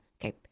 okay